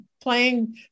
playing